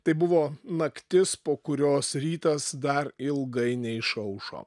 tai buvo naktis po kurios rytas dar ilgai neišaušo